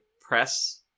press